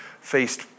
faced